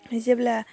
जेब्ला